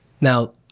Now